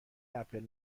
اپل